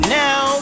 now